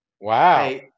wow